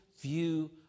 view